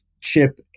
Chip